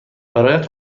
برایت